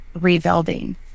rebuilding